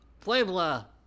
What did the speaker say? Puebla